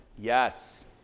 yes